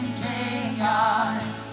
chaos